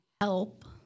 help